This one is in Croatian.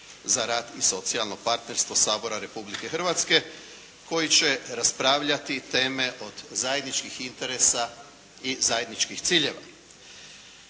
za rad i socijalno partnerstvo Sabora Republike Hrvatske koji će raspravljati teme od zajedničkih interesa i zajedničkih ciljeva.